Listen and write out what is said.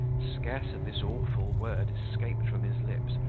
scarce had this awful word escaped from his lips,